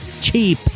Cheap